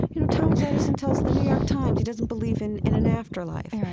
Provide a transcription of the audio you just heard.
you know, thomas edison tells the new york times he doesn't believe in in an afterlife.